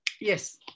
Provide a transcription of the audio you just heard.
Yes